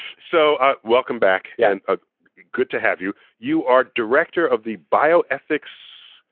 so ah welcome back and ah good to have you. you are director of the bioethics